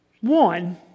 one